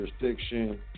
jurisdiction